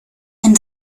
and